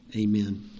Amen